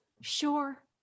sure